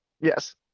yes